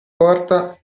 porta